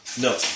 No